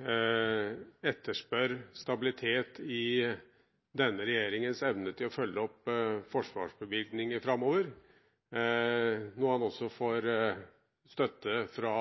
etterspør stabilitet i denne regjeringens evne til å følge opp forsvarsbevilgninger framover, noe som får støtte fra